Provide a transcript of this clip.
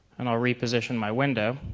and i'll reposition my window.